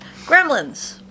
gremlins